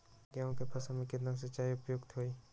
गेंहू के फसल में केतना सिंचाई उपयुक्त हाइ?